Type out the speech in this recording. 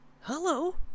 Hello